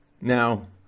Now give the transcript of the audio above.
Now